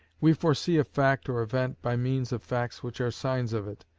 we foresee a fact or event by means of facts which are signs of it,